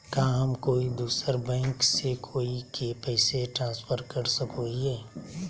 का हम कोई दूसर बैंक से कोई के पैसे ट्रांसफर कर सको हियै?